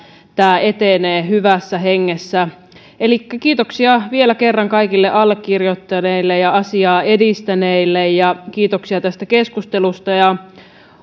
tämä etenee hyvässä hengessä elikkä kiitoksia vielä kerran kaikille allekirjoittaneille ja asiaa edistäneille ja kiitoksia tästä keskustelusta